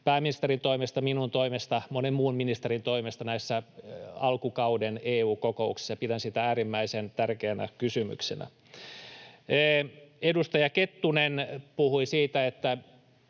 pääministerin toimesta, minun toimestani, monen muun ministerin toimesta näissä alkukauden EU-kokouksissa. Pidän sitä äärimmäisen tärkeänä kysymyksenä. Edustaja Kettunen puhui siitä, onko